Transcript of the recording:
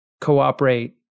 cooperate